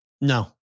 No